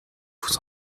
vous